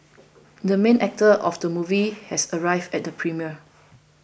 the main actor of the movie has arrived at the premiere